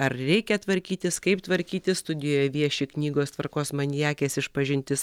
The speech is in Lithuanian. ar reikia tvarkytis kaip tvarkytis studijoje vieši knygos tvarkos maniakės išpažintis